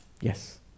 Yes